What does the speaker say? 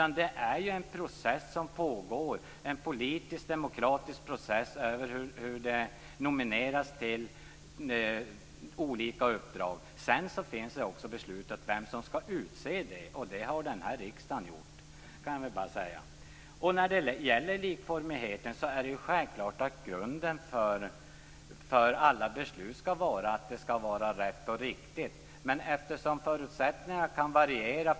Nomineringarna till olika uppdrag är en politisk demokratisk process. Sedan finns det också beslutat vem som skall utse dem, och det har denna riksdag gjort. När det gäller likformigheten är det självklart att grunden för alla beslut skall vara att de har fattats på ett rätt och riktigt sätt. Människors förutsättningar kan ju variera.